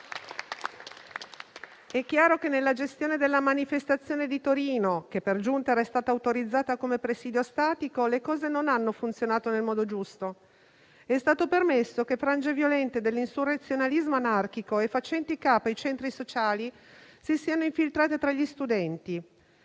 È chiaro che nella gestione della manifestazione di Torino, che per giunta era stata autorizzata come presidio statico, le cose non hanno funzionato nel modo giusto: è stato permesso che frange violente dell'insurrezionalismo anarchico e facenti capo ai centri sociali si siano infiltrate tra gli studenti.